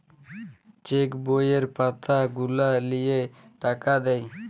check বইয়ের পাতা গুলা লিয়ে টাকা দেয়